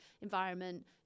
environment